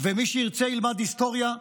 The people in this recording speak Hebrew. ומי שירצה ילמד היסטוריה,